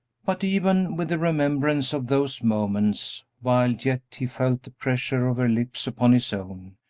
but even with the remembrance of those moments, while yet he felt the pressure of her lips upon his own,